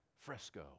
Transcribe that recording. fresco